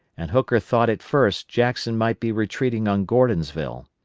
and hooker thought at first jackson might be retreating on gordonsville.